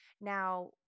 now